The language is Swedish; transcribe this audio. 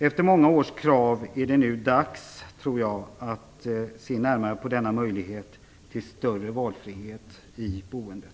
Efter många års krav är det nu dags att se närmare på denna möjlighet till större valfrihet i boendet.